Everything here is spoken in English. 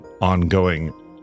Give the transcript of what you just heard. ongoing